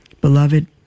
Beloved